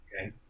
okay